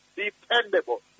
dependable